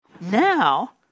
Now